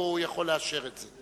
הוא יכול לאשר את זה.